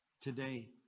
today